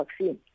vaccine